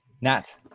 Nat